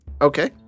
Okay